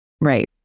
Right